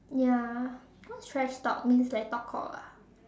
ya what trash talk means like talk cock ah